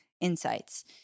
insights